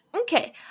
Okay